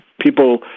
People